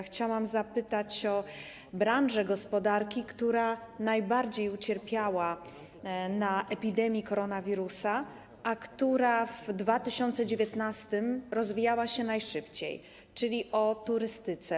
Chciałam zapytać o branżę gospodarki, która najbardziej ucierpiała w trakcie epidemii koronawirusa, a która w 2019 r. rozwijała się najszybciej, czyli o turystykę.